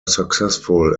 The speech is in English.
successful